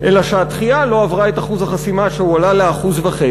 אלא שהתחיה לא עברה את אחוז החסימה שהועלה ל-1.5%,